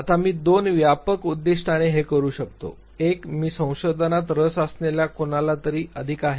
आता मी दोन व्यापक उद्दीष्टाने हे करू शकतो एक मी संशोधनात रस असणार्या कुणालातरी अधिक आहे